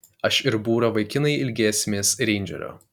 aš ir būrio vaikinai ilgėsimės reindžerio